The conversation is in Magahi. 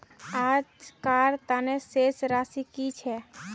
आजकार तने शेष राशि कि छे?